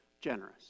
generous